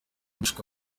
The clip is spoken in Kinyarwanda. bishwe